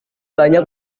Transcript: banyak